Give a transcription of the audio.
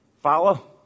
follow